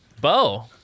Bo